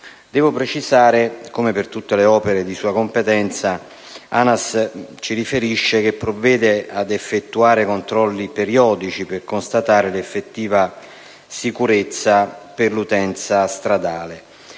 Devo precisare che, come per tutte le opere di sua competenza, ANAS ci riferisce che provvede ad effettuare controlli periodici, per constatare l'effettiva sicurezza per l'utenza stradale.